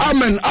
Amen